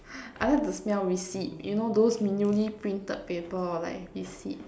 I like to smell receipt you know those newly printed paper or like receipt